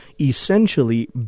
essentially